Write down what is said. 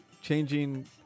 changing